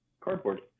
cardboard